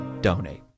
donate